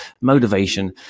motivation